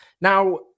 now